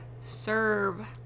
serve